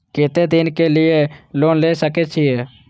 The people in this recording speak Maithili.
केते दिन के लिए लोन ले सके छिए?